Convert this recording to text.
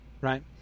right